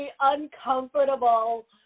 uncomfortable